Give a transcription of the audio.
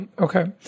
Okay